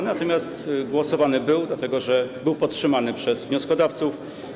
Natomiast głosowano nad nim dlatego, że był podtrzymany przez wnioskodawców.